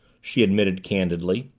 she admitted candidly.